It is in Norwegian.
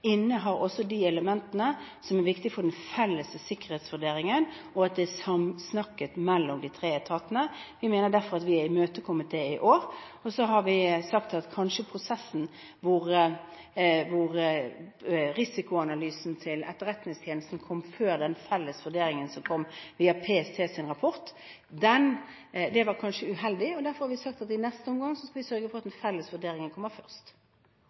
også innehar de elementene som er viktige for den felles sikkerhetsvurderingen, og at det er samsnakket mellom de tre etatene. Vi mener derfor at vi har imøtekommet det i år. Men så har vi sagt at prosessen hvor risikoanalysen til Etterretningstjenesten kom før den felles vurderingen som kom via PSTs rapport, kanskje var uheldig. Derfor har vi sagt at i neste omgang skal vi sørge for at den felles vurderingen kommer først.